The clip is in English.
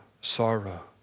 sorrow